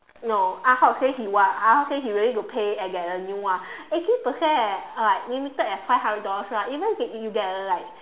no ah-hock say he want ah-hock say he willing to pay and get a new one eighty percent leh uh like limited at five hundred dollars right even if you can if you get a like